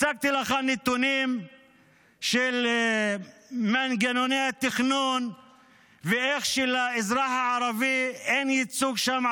הצגתי לך נתונים של מנגנוני התכנון ואיך שלאזרח הערבי אין ייצוג שם,